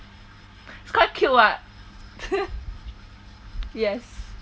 it's quite cute [what] yes